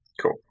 Cool